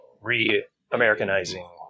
re-americanizing